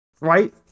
right